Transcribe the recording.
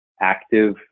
active